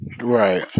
Right